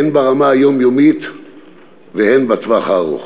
הן ברמה היומיומית והן בטווח הארוך.